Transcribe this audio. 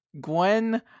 Gwen